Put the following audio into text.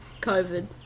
COVID